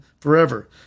forever